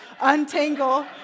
untangle